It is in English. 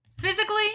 Physically